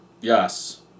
yes